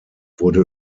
wurde